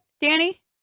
Danny